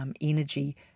energy